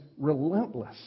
relentless